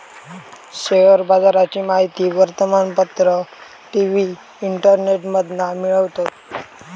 share बाजाराची माहिती वर्तमानपत्र, टी.वी, इंटरनेटमधना मिळवतत